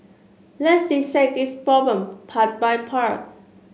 let's dissect this problem part by part